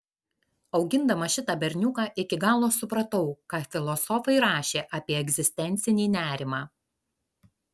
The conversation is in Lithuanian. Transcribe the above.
augindamas šitą berniuką iki galo supratau ką filosofai rašė apie egzistencinį nerimą